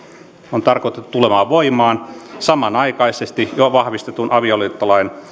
on tarkoitettu tulemaan voimaan samanaikaisesti jo vahvistetun avioliittolain